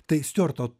tai stiuarto